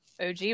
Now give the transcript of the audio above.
OG